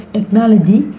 Technology